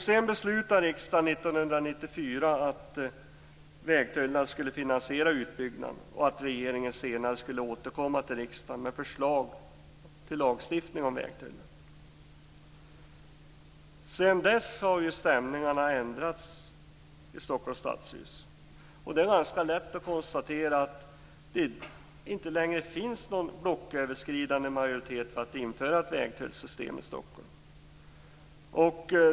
Sedan beslutade riksdagen 1994 att vägtullar skulle finansiera utbyggnaden och att regeringen skulle återkomma till riksdagen med förslag till lagstiftning om vägtullar. Sedan dess har stämningarna ändrats i Stockholms stadshus. Det är ganska lätt att konstatera att det inte längre finns någon blocköverskridande majoritet för att införa ett vägtullsystem i Stockholm.